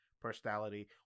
personality